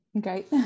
Great